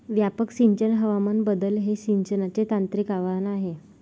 व्यापक सिंचन हवामान बदल हे सिंचनाचे तांत्रिक आव्हान आहे